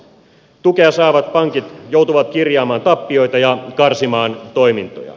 tukea saavat pankit joutuvat kirjaamaan tappioita ja karsimaan toimintoja